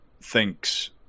thinks